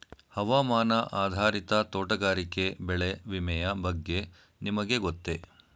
ಹವಾಮಾನ ಆಧಾರಿತ ತೋಟಗಾರಿಕೆ ಬೆಳೆ ವಿಮೆಯ ಬಗ್ಗೆ ನಿಮಗೆ ಗೊತ್ತೇ?